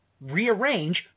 rearrange